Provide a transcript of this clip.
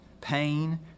pain